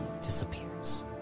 disappears